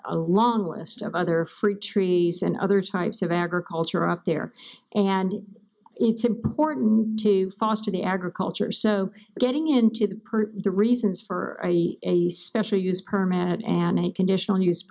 a long list of other fruit trees and other types of agriculture up there and it's important to foster the agriculture so getting into per the reasons for a special use permit and conditional